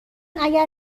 اگر